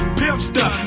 pimpster